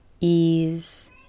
ease